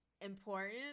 important